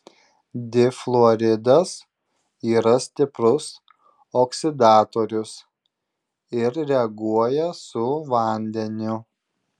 difluoridas yra stiprus oksidatorius ir reaguoja su vandeniu